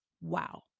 Wow